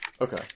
Okay